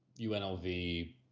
UNLV